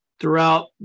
throughout